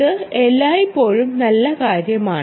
ഇത് എല്ലായ്പ്പോഴും നല്ല കാര്യമാണ്